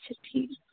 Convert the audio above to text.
اَچھا ٹھیٖک